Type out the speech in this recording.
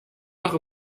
noch